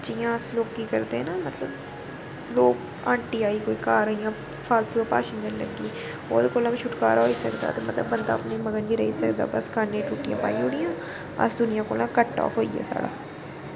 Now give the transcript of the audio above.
जियां अस लोकें गी करदे न मतलब लोक आंटी आई कोई घर इयां फालतू दा भाशन देना लग्गी ओह्दे कोला बी छुटकारा होई सकदा ते मतलब बंदा अपने मगन बी रेही सकदा बस कन्न गी टूटियां पाई ओड़ियां अस दुनियां कोलां कट आफ होई सारा